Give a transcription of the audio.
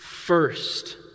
First